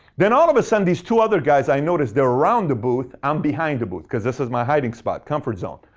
then all of a sudden, these two other guys i notice were around the booth. i'm behind the booth, because this is my hiding spot, comfort zone.